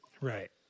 Right